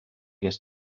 ges